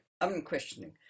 unquestioning